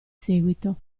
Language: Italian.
seguito